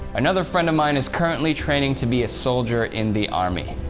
another friend of mine is currently training to be a soldier in the army.